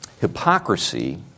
hypocrisy